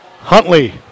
Huntley